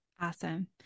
Awesome